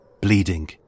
bleeding